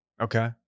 Okay